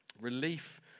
Relief